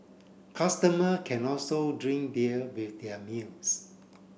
customer can also drink beer with their meals